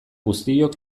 guztiok